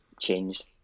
changed